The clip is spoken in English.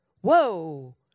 whoa